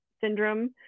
syndrome